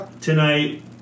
tonight